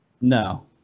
No